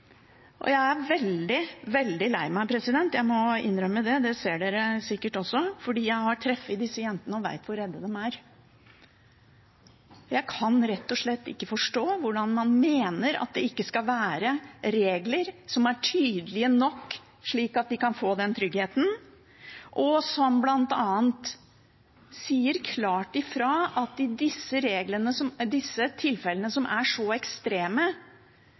og jeg er veldig, veldig lei meg – jeg må innrømme det – det ser man sikkert også. Jeg har truffet disse jentene og vet hvor redde de er. Jeg kan rett og slett ikke forstå hvorfor man mener at det ikke skal være regler som er tydelige nok til at de kan få den tryggheten, og som bl.a. sier klart fra at i disse tilfellene, som er så ekstreme,